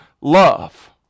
love